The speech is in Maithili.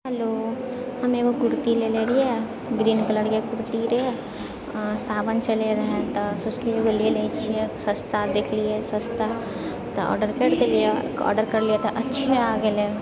हैलो हम एगो कुर्ती लेने रहियै ग्रीन कलरके कुर्ती रहय सावन चलैत रहय तऽ सोचलियै एगो ले लैत छियै सस्ता देखलियै सस्ता तऽ आर्डर कए देलियै आर्डर करलियै तऽ अच्छे आ गेलय